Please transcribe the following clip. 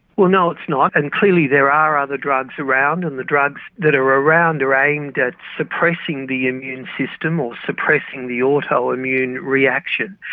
well no, it's not, and clearly there are other drugs around, and the drugs that are around are aimed at suppressing the immune system or suppressing the autoimmune reaction.